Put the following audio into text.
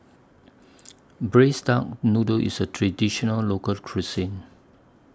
Braised Duck Noodle IS A Traditional Local Cuisine